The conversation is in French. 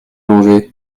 manger